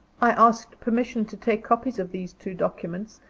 i asked permission to take copies of these two documents,